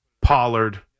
Pollard